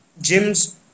gyms